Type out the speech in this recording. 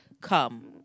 Come